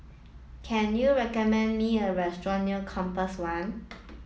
can you recommend me a restaurant near Compass One